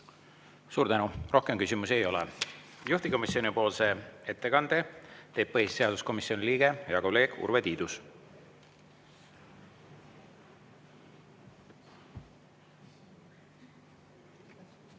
Suur tänu! Rohkem küsimusi ei ole. Juhtivkomisjonipoolse ettekande teeb põhiseaduskomisjoni liige, hea kolleeg Urve Tiidus.